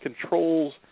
controls